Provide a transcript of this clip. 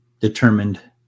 determined